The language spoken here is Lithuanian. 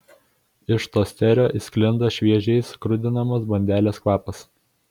iš tosterio sklinda šviežiai skrudinamos bandelės kvapas